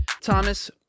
Thomas